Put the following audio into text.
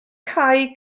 cau